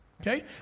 Okay